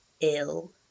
ill